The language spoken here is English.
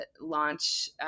launch